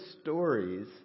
stories